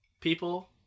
people